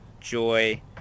joy